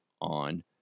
on